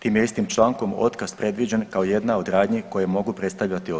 Tim je istim člankom otkaz predviđen kao jedna od radnji koje mogu predstavljati osvetu.